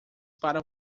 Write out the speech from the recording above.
para